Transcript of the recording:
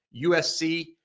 USC